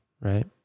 right